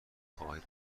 خواهید